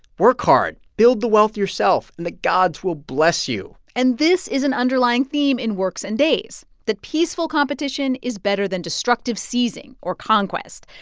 work hard. build the wealth yourself. and the gods will bless you and this is an underlying theme in works and days that peaceful competition competition is better than destructive seizing or conquest.